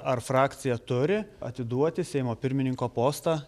ar frakcija turi atiduoti seimo pirmininko postą